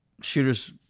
Shooter's